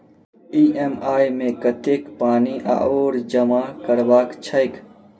EMI मे कतेक पानि आओर जमा करबाक छैक?